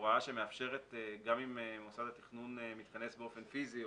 הוראה שמאפשרת גם אם מוסד התכנון מתכנס באופן פיסי,